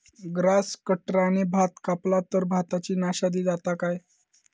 Grass कटराने भात कपला तर भाताची नाशादी जाता काय?